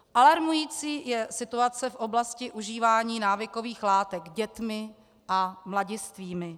Alarmující je situace v oblasti užívání návykových látek dětmi a mladistvými.